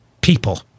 people